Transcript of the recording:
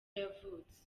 yavutse